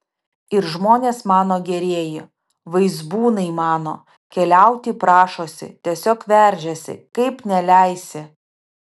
ir žmonės mano gerieji vaizbūnai mano keliauti prašosi tiesiog veržiasi kaip neleisi